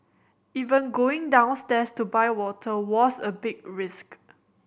even going downstairs to buy water was a big risk